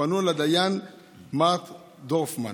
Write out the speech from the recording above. פנו לדיין מרט דורפמן